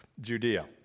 Judea